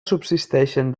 subsisteixen